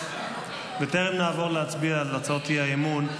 בטרם נעבור להצביע על הצעות האי-אמון,